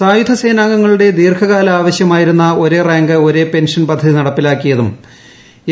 സായുധ സേനാംഗങ്ങളുടെ ദീർഘകാല ആവശ്യമായിരുന്ന ഒരേ റാങ്ക് ഒരേ പെൻഷൻ പദ്ധതി നടപ്പാക്കിയതും എൻ